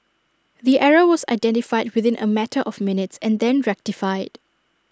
the error was identified within A matter of minutes and then rectified